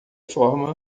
forma